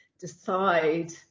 decide